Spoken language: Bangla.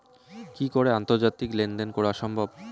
কি করে আন্তর্জাতিক লেনদেন করা সম্ভব?